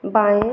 बाएं